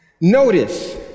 Notice